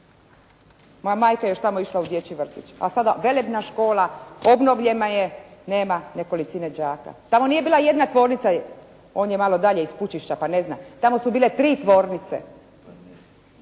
moja majka je još tamo išla u dječji vrtić. A sada velebna škola obnovljena je nema nekolicine đaka. Tamo nije bila jedna tvornica. On je malo dalje iz Pučišća pa ne zna. Tamo su bile tri tvornice.